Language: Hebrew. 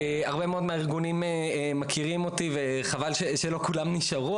שהרבה מאוד מהארגונים מכירים אותי וחבל שלא כולם נשארו,